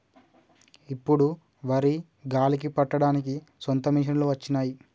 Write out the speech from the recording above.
ఇప్పుడు వరి గాలికి పట్టడానికి సొంత మిషనులు వచ్చినాయి